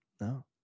No